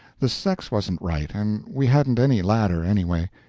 the sex wasn't right, and we hadn't any ladder anyway.